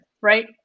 right